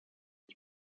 ich